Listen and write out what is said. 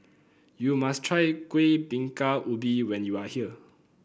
you must try Kuih Bingka Ubi when you are here